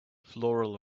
floral